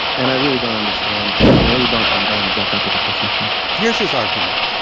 and i really don't understand and i really don't condone that type of a position here's his argument.